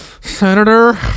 Senator